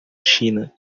china